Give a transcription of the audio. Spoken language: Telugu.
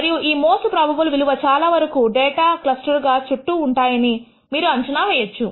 మరియు ఈ మోస్ట్ ప్రోబబుల్ విలువ చాలా వరకు డేటా క్లస్టర్ గా చుట్టూ ఉంటాయని మీరు అంచనా వేయవచ్చు